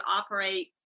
operate